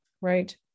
Right